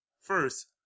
first